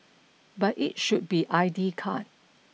but it should be I D card